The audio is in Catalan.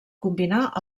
combinar